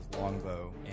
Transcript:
longbow